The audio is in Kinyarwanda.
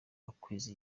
bakwiza